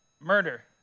murder